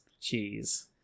cheese